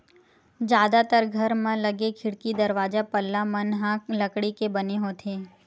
जादातर घर म लगे खिड़की, दरवाजा, पल्ला मन ह लकड़ी के बने होथे